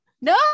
no